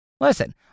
Listen